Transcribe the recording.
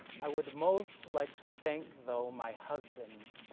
i would most like to thank though my husband,